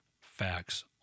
facts